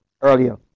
earlier